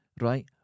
Right